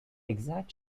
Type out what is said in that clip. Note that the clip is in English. exact